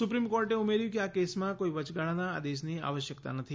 supreme કોર્ટે ઉમેર્ટ્યું કે આ કેસમાં કોઈ વયગાળાના આદેશની આવશ્યકતા નથી